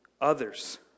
others